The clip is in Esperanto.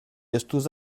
estus